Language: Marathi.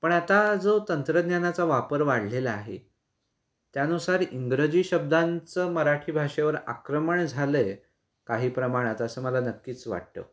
पण आता जो तंत्रज्ञानाचा वापर वाढलेला आहे त्यानुसार इंग्रजी शब्दांचं मराठी भाषेवर आक्रमण झालं आहे काही प्रमाणात असं मला नक्कीच वाटतं